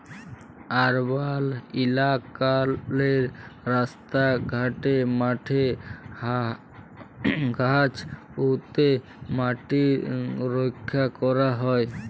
আরবাল ইলাকাললে রাস্তা ঘাটে, মাঠে গাহাচ প্যুঁতে ম্যাটিট রখ্যা ক্যরা হ্যয়